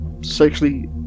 sexually